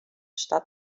está